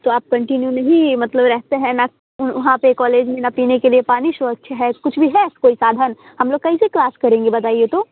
तो आप कन्टिन्यू नहीं मतलब रहते हैं न वहाँ पर कौलेज में न पीने के लिए पानी स्वच्छ है कुछ भी है कोई साधन हम लोग कैसे क्लास करेंगे बताइए तो